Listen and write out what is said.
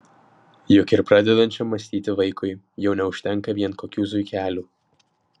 juk ir pradedančiam mąstyti vaikui jau neužtenka vien kokių zuikelių